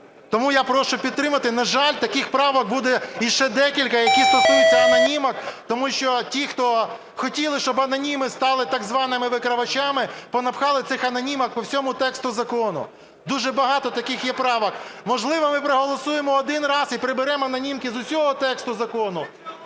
Тому я прошу підтримати. На жаль, таких правок буде іще декілька, які стосуються анонімок, тому що ті, хто хотіли, щоб аноніми стали так званими викривачами, понапихали цих "анонімок" по всьому тексту закону, дуже багато таких є правок. Можливо, ми проголосуємо один раз і приберемо анонімки з усього тексту закону?